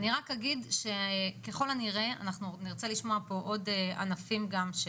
אנחנו עוד נרצה לשמוע פה עוד ענפים גם.